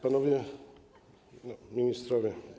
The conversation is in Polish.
Panowie Ministrowie!